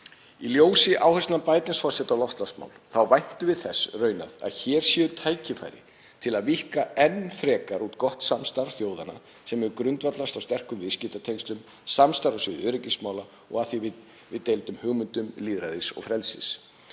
Í ljósi áherslna Bidens forseta á loftslagsmál væntum við þess raunar að hér séu tækifæri til að víkka enn frekar út gott samstarfi þjóðanna sem grundvallast á sterkum viðskiptatengslum, samstarf á sviði öryggismála og af því að við deilum hugmyndum lýðræðis og frelsis.